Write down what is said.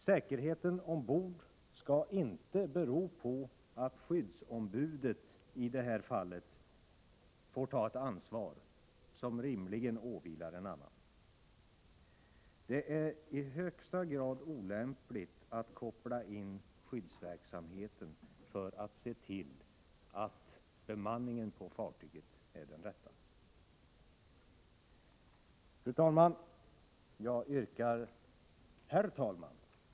Säkerheten ombord skall inte vara beroende av att, i det här fallet, skyddsombudet får ta det ansvar som rimligen åvilar någon annan. Det är i högsta grad olämpligt att koppla in skyddsombudsverksamheten för att se till att bemanningen på fartyget är den rätta. Herr talman!